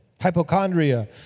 hypochondria